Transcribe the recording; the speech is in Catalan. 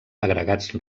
agregats